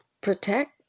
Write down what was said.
protect